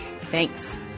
Thanks